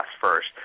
first